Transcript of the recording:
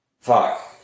fuck